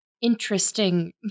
interesting